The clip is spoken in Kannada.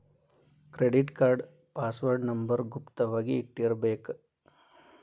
ಕ್ರೆಡಿಟ್ ಕಾರ್ಡ್ ಪಾಸ್ವರ್ಡ್ ನಂಬರ್ ಗುಪ್ತ ವಾಗಿ ಇಟ್ಟಿರ್ಬೇಕ